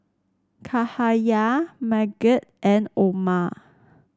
Cahaya Megat and Omar